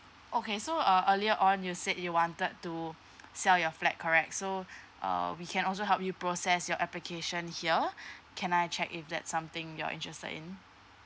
okay so uh earlier on you said you wanted to sell your flat correct so err we can also help you process your application here can I check if that's something you're interested in